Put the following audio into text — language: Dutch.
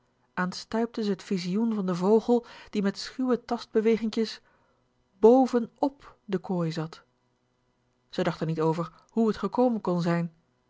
aanstuipte ze t visioen van den vogel die met schuwe tast beweginkjes boven op de kooi zat ze dacht r niet over hé t gekomen kon zijn